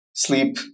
Sleep